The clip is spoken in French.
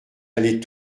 allait